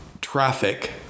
traffic